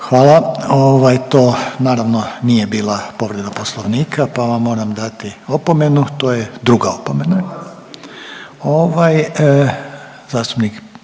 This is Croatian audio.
ovaj to naravno nije bila povreda poslovnika, pa vam moram dati opomenu, to je druga opomena. Ovaj zastupnik